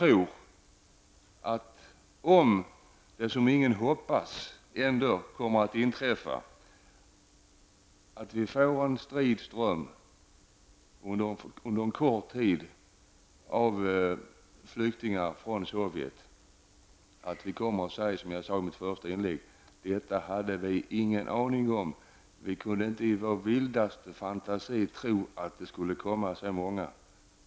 Om det som ingen hoppas skall hända ändå kommer att inträffa, att vi får en strid ström av flyktingar från Sovjet under en kort tid, tror jag att vi kommer att få höra, som jag sade i mitt första inlägg: Detta hade vi ingen aning om. Vi kunde inte i vår vildaste fantasi tro att det skulle komma så många.